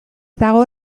dago